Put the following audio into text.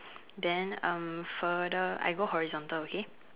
then um further I go horizontal okay